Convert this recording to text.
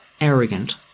arrogant